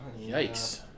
Yikes